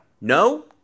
No